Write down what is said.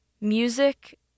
music